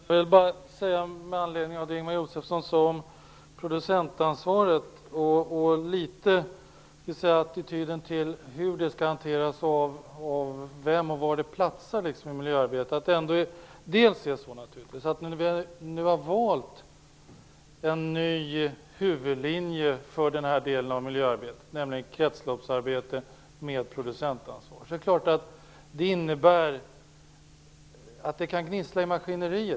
Herr talman! Med anledning av det Ingemar Josefsson sade om producentansvaret, attityden till hur det skall hanteras, av vem och var det platsar i miljöarbetet vill jag säga att när vi nu valt en ny huvudlinje för den här delen av miljöarbetet, nämligen kretsloppsarbete med producentansvar, innebär det att det kan gnissla i maskineriet.